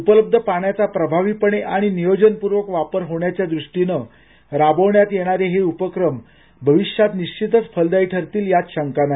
उपलब्ध पाण्याचा प्रभावीपणे णि नियोजनपूर्वक वापर होण्याच्या दृष्टीनं राबवण्यात येणारे हे उपक्रम भविष्यात निश्चितच फलदायी ठरतील यात शंका नाही